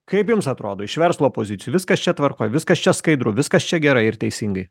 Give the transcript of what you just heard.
kaip jums atrodo iš verslo pozicijų viskas čia tvarkoj viskas čia skaidru viskas čia gerai ir teisingai